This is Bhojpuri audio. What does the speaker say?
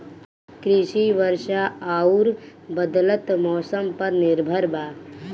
कृषि वर्षा आउर बदलत मौसम पर निर्भर बा